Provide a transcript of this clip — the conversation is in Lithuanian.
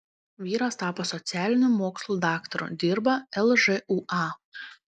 vyras tapo socialinių mokslų daktaru dirba lžūa